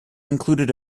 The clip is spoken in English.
included